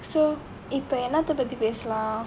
so இப்போ என்னத்த பத்தி பேசலாம்:ippo ennatha pathi pesalaam lah